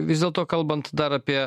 vis dėlto kalbant dar apie